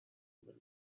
الملل